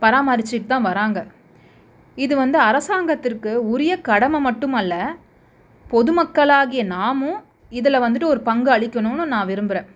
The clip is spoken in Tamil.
பராமரிச்சிட்டுதான் வராங்க இது வந்து அரசாங்கத்திற்கு உரிய கடமை மட்டும் அல்ல பொதுமக்கள் ஆகிய நானும் இதில் வந்துட்டு ஒரு பங்கு அளிக்கணும்னு நான் விரும்புறேன்